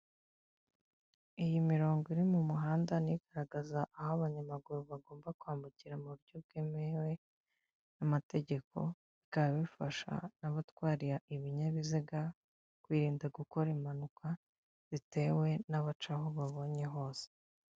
Iyi mirongo iri mu muhanda ni igaragaza aho abanyamaguru bagomba kwambukira mu buryo bwemewe n'amategeko, bikaba bifasha abatwara ibinyabiziga kwirinda gukora impanuka, zitewe n'abaca aho babonye hose.